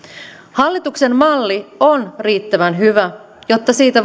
hallituksen malli on riittävän hyvä jotta siitä